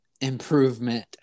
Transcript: improvement